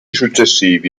successivi